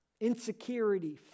insecurity